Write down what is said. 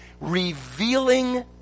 revealing